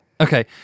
okay